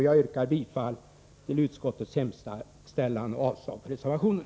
Jag yrkar bifall till utskottets hemställan och avslag på reservationen.